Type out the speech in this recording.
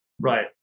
Right